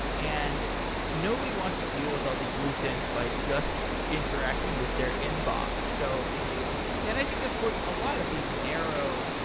and nobody wants to deal with all these lose ends by just interacting with their inbox. so yeah and i think that's what a lot of these narrow,